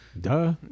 Duh